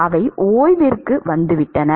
அவை ஓய்விற்கு வந்துவிட்டன